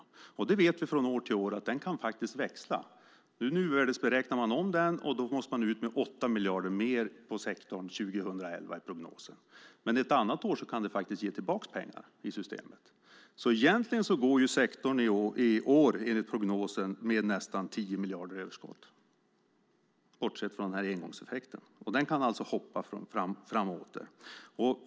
Vi vet att den kan växa från år till år. Man nuvärdesberäknar om den nu, och prognosen är att man måste ut med 8 miljarder mer på sektorn 2011. Men ett annat år kan det ge tillbaka pengar i systemet. Egentligen går sektorn i år, enligt prognosen, med nästan 10 miljarder i överskott, bortsett från engångseffekten, som alltså kan hoppa fram och åter.